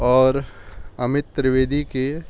اور امت ترویدی کے